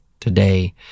today